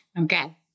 Okay